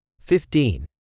fifteen